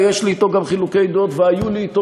יש לי אתו גם חילוקי דעות והיו לי אתו,